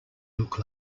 look